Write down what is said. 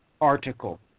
article